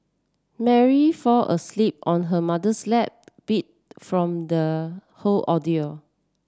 Mary fall asleep on her mother's lap beat from the whole ordeal